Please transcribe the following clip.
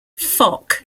fock